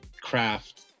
craft